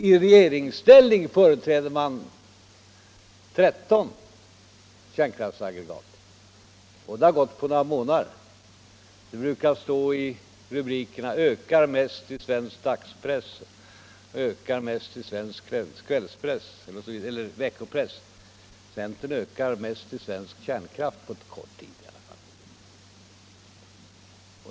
I regeringsställning företräder man 13 kärnkraftsaggregat. Och det har gått på några månader. Det brukar stå i rubrikerna: ”Ökar mest i svensk dagspress, ökar mest i svensk veckopress.” — Centern ökar mest i svensk kärnkraft på kort tid.